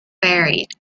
varied